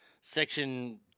section